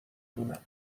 دونم